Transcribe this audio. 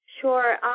Sure